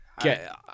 Get